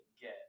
get